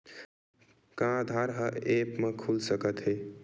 का आधार ह ऐप म खुल सकत हे?